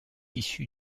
issu